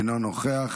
אינו נוכח.